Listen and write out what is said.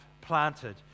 planted